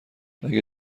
اگه